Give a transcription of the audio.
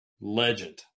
legend